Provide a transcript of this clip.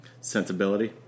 sensibility